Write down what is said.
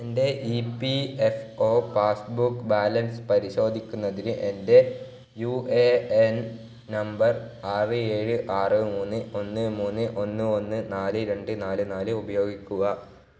എൻ്റെ E P F O passbook balance പരിശോധിക്കുന്നതിന് എൻ്റെ യു എ എൻ നമ്പർ ആറ് ഏഴ് ആറ് മൂന്ന് ഒന്ന് മൂന്ന് ഒന്ന് ഒന്ന് നാല് രണ്ട് നാല് നാല് ഉപയോഗിക്കുക